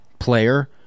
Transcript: player